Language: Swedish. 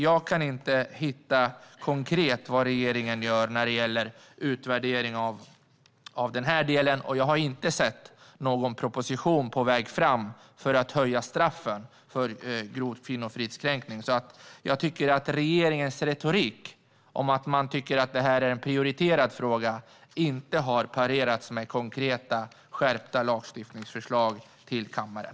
Jag kan inte konkret hitta vad regeringen gör när det gäller utvärdering av den del jag har tagit upp, och jag har inte sett någon proposition som är på väg fram för att höja straffen för grov kvinnofridskränkning. Regeringens retorik om att det här är en prioriterad fråga har inte parerats med konkreta förslag till skärpt lagstiftning till kammaren.